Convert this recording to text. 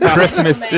Christmas